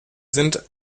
sind